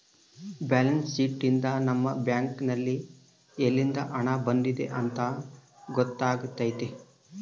balance sheet ಯಿಂದ ನಮ್ಮ bank ನಲ್ಲಿ ಯಲ್ಲಿಂದ ಹಣ ಬಂದಿದೆ ಅಂತ ಗೊತ್ತಾತತೆ